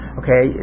okay